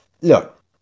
look